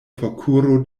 forkuru